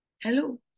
Hello